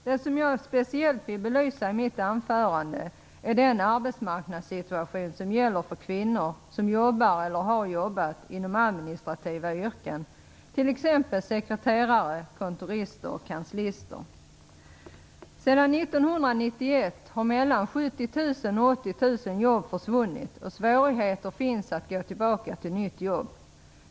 Det som jag speciellt vill belysa i mitt anförande är den arbetsmarknadssituation som gäller för kvinnor som jobbar eller har jobbat inom administrativa yrken, t.ex. sekreterare, kontorister och kanslister. Sedan 1991 har mellan 70 000 och 80 000 jobb försvunnit, och de berörda har svårigheter att gå över till nya jobb.